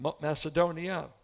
Macedonia